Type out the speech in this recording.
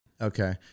Okay